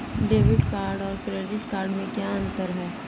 Debit card और credit card में क्या अंतर है?